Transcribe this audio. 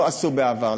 לא עשו בעבר.